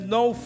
no